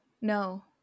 no